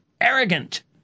arrogant